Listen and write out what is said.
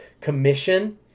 commission